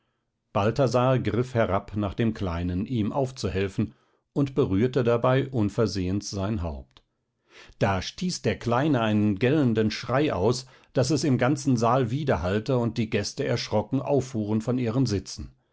balthasar griff herab nach dem kleinen ihm aufzuhelfen und berührte dabei unversehens sein haupt da stieß der kleine einen gellenden schrei aus daß es im ganzen saal widerhallte und die gäste erschrocken auffuhren von ihren sitzen